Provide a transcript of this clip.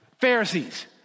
Pharisees